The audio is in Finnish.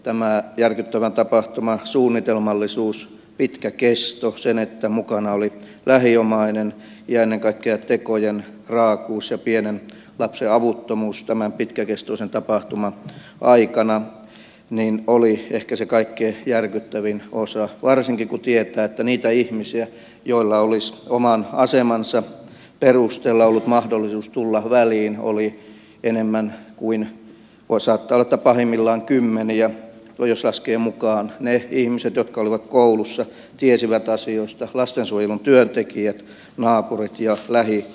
tämän järkyttävän tapahtuman suunnitelmallisuus pitkä kesto se että mukana oli lähiomainen ja ennen kaikkea tekojen raakuus ja pienen lapsen avuttomuus tämän pitkäkestoisen tapahtuman aikana olivat ehkä se kaikkein järkyttävin osa varsinkin kun tietää että niitä ihmisiä joilla olisi oman asemansa perusteella ollut mahdollisuus tulla väliin saattoi olla pahimmillaan kymmeniä jos laskee mukaan ne ihmiset jotka olivat koulussa tiesivät asioista lastensuojelun työntekijät naapurit ja lähisukulaiset